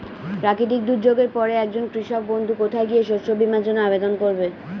প্রাকৃতিক দুর্যোগের পরে একজন কৃষক বন্ধু কোথায় গিয়ে শস্য বীমার জন্য আবেদন করবে?